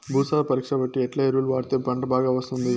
భూసార పరీక్ష బట్టి ఎట్లా ఎరువులు వాడితే పంట బాగా వస్తుంది?